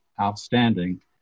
outstanding